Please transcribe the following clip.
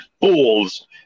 fools